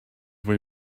way